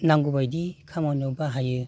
नांगौबायदि खामानियाव बाहायो